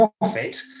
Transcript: profit